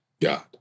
God